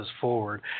forward